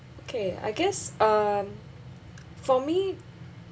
okay I guess um for me